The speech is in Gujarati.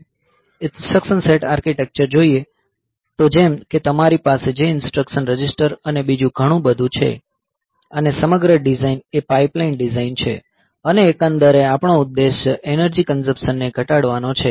ઇન્સટ્રકશન સેટ આર્કિટેક્ચર જોઈએ તો જેમ કે તમારી પાસે જે ઇન્સટ્રકશન રજિસ્ટર અને બીજું બધું છે અને સમગ્ર ડિઝાઇન એ પાઇપલાઇન ડિઝાઇન છે અને એકંદરે આપણો ઉદ્દેશ્ય એનર્જી કંઝપશનને ઘટાડવાનો છે